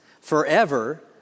forever